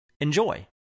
Enjoy